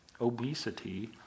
obesity